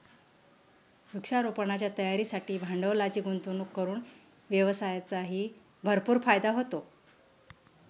वृक्षारोपणाच्या तयारीसाठी भांडवलाची गुंतवणूक करून व्यवसायाचाही भरपूर फायदा होतो